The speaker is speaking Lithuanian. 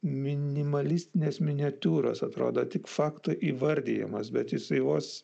minimalistinės miniatiūros atrodo tik fakto įvardijimas bet jisai vos